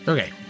Okay